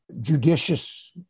judicious